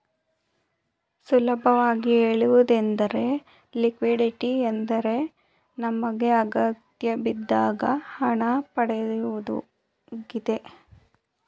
ಸುಲಭವಾಗಿ ಹೇಳುವುದೆಂದರೆ ಲಿಕ್ವಿಡಿಟಿ ಎಂದರೆ ನಮಗೆ ಅಗತ್ಯಬಿದ್ದಾಗ ಹಣ ಪಡೆಯುವುದಾಗಿದೆ